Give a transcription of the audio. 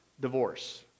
divorce